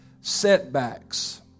setbacks